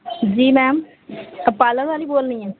جی ma'am آپ parlour والی بول رہی ہیں